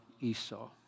Esau